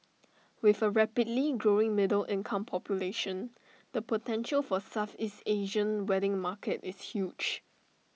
with A rapidly growing middle income population the potential for Southeast Asian wedding market is huge